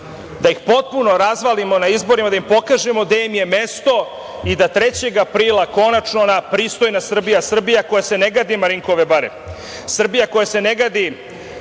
da ih potpuno razvalimo na izborima, da im pokažemo gde im je mesto i da 3. aprila konačno ona pristojna Srbija, Srbija koja se ne gadi Marinkove bare, Srbija koja se ne gadi